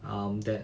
um that